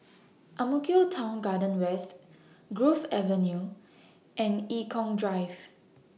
Ang Mo Kio Town Garden West Grove Avenue and Eng Kong Drive